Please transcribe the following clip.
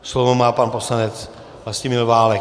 Slovo má pan poslanec Vlastimil Válek.